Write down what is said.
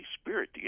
Spirit